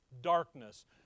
darkness